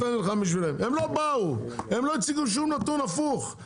הם לא באו, הם לא הציגו שום נתון הפוך.